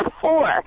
four